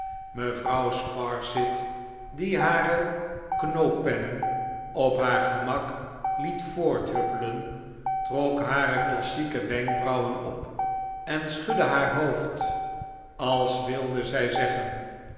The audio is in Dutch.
mevrouw sparsit die hare knooppennen op haar gemak liet voorthuppelen trok hare klassieke wenkbrauwen op en schudde haar hoofd als wilde zij zeggen